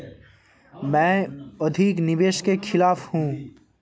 मैं अधिक निवेश के खिलाफ हूँ